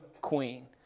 queen